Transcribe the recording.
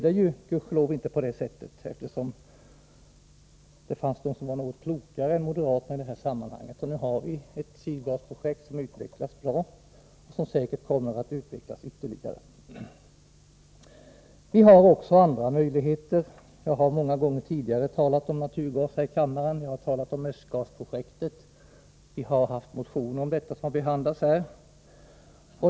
Det blev gudskelov inte på det sättet eftersom det fanns de som var något klokare än moderaterna i det sammanhanget. Nu har Sydgasprojektet utvecklats bra, och det kommer säkert att utvecklas ytterligare. Vi har också andra möjligheter. Jag har många gånger tidigare talat om Östgasprojektet, och vi har haft motioner om detta som behandlats i kammaren.